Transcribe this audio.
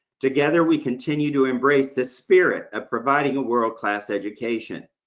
together, we continue to embrace the spirit of providing a world class education.